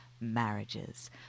marriages